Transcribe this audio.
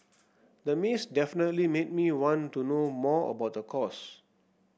the maze definitely made me want to know more about the course